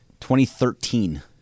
2013